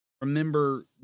remember